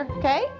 okay